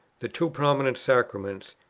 the two prominent sacraments,